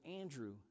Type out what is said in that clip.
Andrew